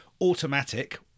Automatic